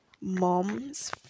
mom's